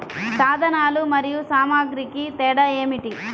సాధనాలు మరియు సామాగ్రికి తేడా ఏమిటి?